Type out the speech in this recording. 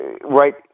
Right